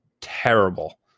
terrible